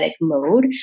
mode